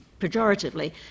pejoratively